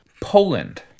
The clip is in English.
Poland